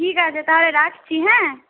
ঠিক আছে তাহলে রাখছি হ্যাঁ